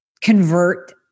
convert